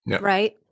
Right